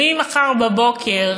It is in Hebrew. שממחר בבוקר